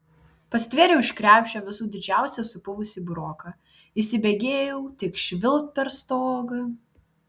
pastvėriau iš krepšio visų didžiausią supuvusį buroką įsibėgėjau tik švilpt per stogą